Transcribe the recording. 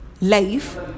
life